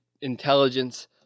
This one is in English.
intelligence